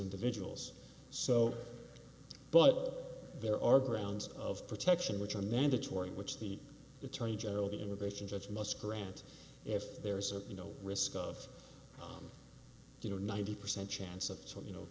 individuals so but there are grounds of protection which are mandatory which the attorney general the innovation judge must grant if there's a you know risk of harm you know ninety percent chance of so you know